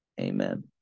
Amen